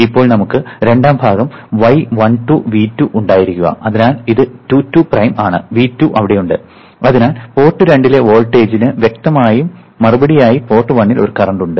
ഇപ്പോൾ നമുക്ക് രണ്ടാം ഭാഗം y12 × V 2 ഉണ്ടായിരിക്കുക അതിനാൽ ഇത് 2 2 പ്രൈം ആണ് V2 അവിടെയുണ്ട് അതിനാൽ പോർട്ട് 2 ലെ വോൾട്ടേജിന് മറുപടിയായി പോർട്ട് 1 ൽ ഒരു കറന്റ് ഉണ്ട്